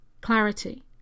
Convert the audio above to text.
clarity